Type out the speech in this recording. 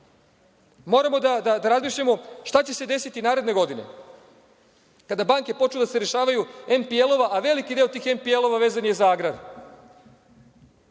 poslom. Moramo da razmišljamo šta će se desiti naredne godine kada banke počnu da se rešavaju NPL, a veliki broj tih NPL vezan je za agrar,